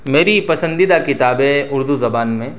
میری پسندیدہ کتابیں اردو زبان میں